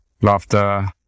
laughter